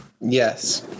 Yes